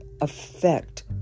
affect